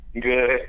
Good